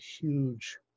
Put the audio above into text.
huge